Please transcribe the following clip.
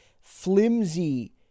flimsy